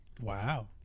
Wow